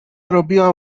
robiła